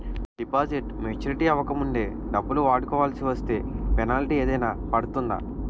Deposit maturity అవ్వక ముందే డబ్బులు వాడుకొవాల్సి వస్తే పెనాల్టీ ఏదైనా పడుతుందా?